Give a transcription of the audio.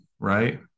Right